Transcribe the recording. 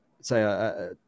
say